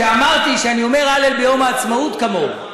שאמרתי שאני אומר הלל ביום העצמאות כמוהו.